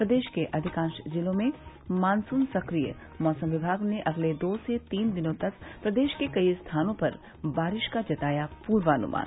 प्रदेश के अधिकांश जिलों में मानसून सक्रिय मौसम विभाग ने अगले दो से तीन दिनों तक प्रदेश के कई स्थानों पर बारिश का जताया पूर्वानुमान